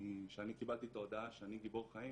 שאני קיבלתי את ההודעה שאני גיבור חיים,